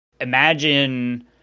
imagine